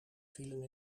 vielen